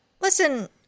listen